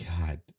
God